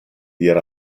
dir